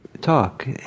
talk